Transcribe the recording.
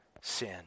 sin